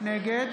נגד